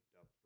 up